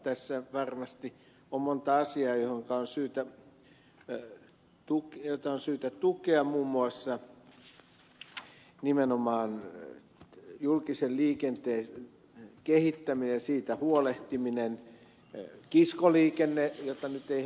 tässä varmasti on monta asiaa jota on syytä tukea muun muassa nimenomaan julkisen liikenteen kehittäminen ja siitä huolehtiminen kiskoliikenne jota nyt ei ed